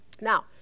now